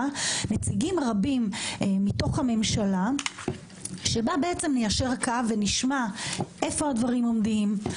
נציגים רבים מתוך הממשלה שבו ניישר קו ונשמע איפה הדברים עומדים,